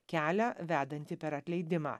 kelią vedantį per atleidimą